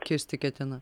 kisti ketina